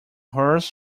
hers